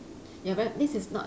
ya but this is not